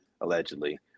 allegedly